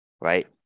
right